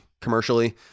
commercially